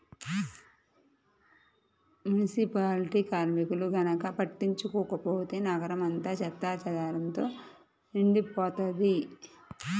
municipality కార్మికులు గనక పట్టించుకోకపోతే నగరం అంతా చెత్తాచెదారంతో నిండిపోతది